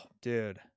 dude